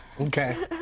Okay